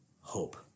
hope